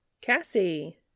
Cassie